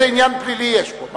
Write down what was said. הם